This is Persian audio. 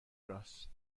راست